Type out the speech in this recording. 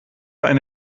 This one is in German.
ein